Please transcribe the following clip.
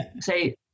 Say